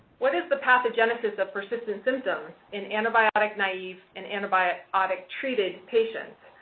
what is the pathogenesis of persistent symptoms in antibiotic-naive and antibiotic-treated patients?